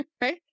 Right